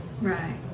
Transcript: right